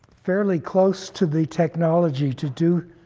fairly close to the technology to do